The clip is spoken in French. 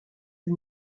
vus